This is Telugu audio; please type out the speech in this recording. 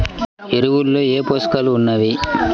ఎరువులలో ఏ పోషకాలు ఉన్నాయి?